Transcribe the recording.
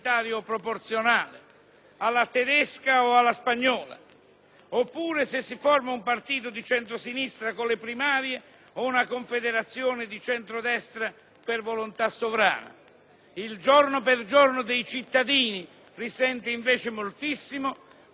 oppure se si forma un partito di centrosinistra con le primarie o una confederazione di centrodestra per volontà sovrana. La quotidianità dei cittadini risente moltissimo del livello di efficienza dei servizi pubblici, dunque